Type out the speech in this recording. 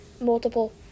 Multiple